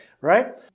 right